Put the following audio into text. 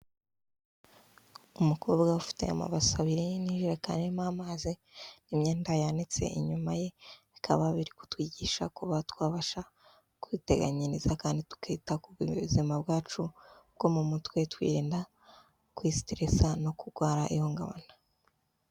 Umukobwa ufite amabasi abiri n'ijirekani irimo amazi, imyenda yanitse inyuma ye, bikaba biri kutwigisha ko twabasha kwiteganyiriza kandi tukita ku buzima bwacu bwo mu mutwe twirinda kwisiteresa no kurwara ihungabana.